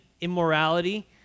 immorality